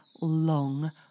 long